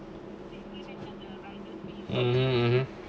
mmhmm